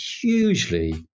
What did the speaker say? hugely